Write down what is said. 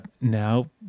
now